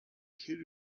kid